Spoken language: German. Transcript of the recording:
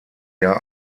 jahr